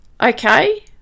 okay